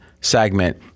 segment